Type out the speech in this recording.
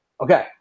okay